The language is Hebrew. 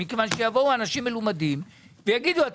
מכיוון שיבואו אנשים מלומדים ויגידו שאני